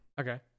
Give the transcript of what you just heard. Okay